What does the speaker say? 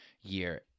year